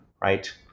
right